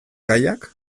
gaiak